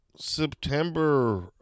September